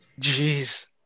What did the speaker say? Jeez